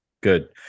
Good